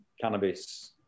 cannabis